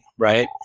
right